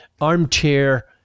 armchair